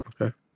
Okay